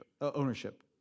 ownership